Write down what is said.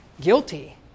guilty